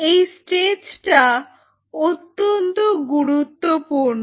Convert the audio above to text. এই স্টেজটা অত্যন্ত গুরুত্বপূর্ণ